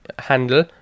Handle